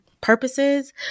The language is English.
purposes